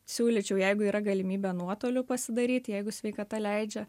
siūlyčiau jeigu yra galimybė nuotoliu pasidaryt jeigu sveikata leidžia